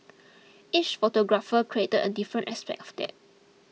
each photographer created a different aspect of that